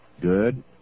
Good